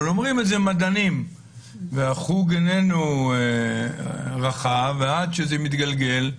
אומרים את זה מדענים והחוג איננו רחב ועד שזה מתגלגל,